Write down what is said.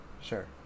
Sure